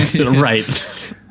right